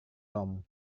tom